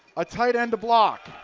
a tight end to block.